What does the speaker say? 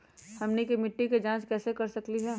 हमनी के मिट्टी के जाँच कैसे कर सकीले है?